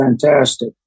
fantastic